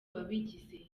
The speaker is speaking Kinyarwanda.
wabigize